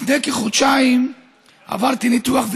לפני כחודשיים עברתי ניתוח,